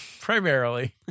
Primarily